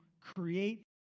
create